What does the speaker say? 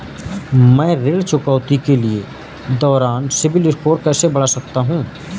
मैं ऋण चुकौती के दौरान सिबिल स्कोर कैसे बढ़ा सकता हूं?